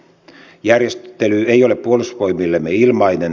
järjestely ei ole puolustusvoimillemme ilmainen